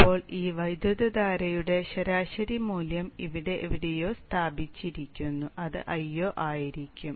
ഇപ്പോൾ ഈ വൈദ്യുതധാരയുടെ ശരാശരി മൂല്യം ഇവിടെ എവിടെയോ സ്ഥാപിച്ചിരിക്കുന്നു അത് Io ആയിരിക്കും